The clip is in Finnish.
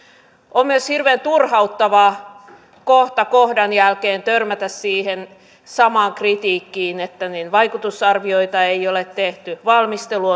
on myös hirveän turhauttavaa kohta kohdan jälkeen törmätä siihen samaan kritiikkiin että vaikutusarvioita ei ole tehty valmistelu